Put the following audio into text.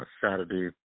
Saturday